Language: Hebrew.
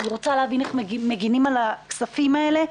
אני רוצה להבין איך מגינים על הכספים האלה,